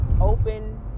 open